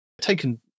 taken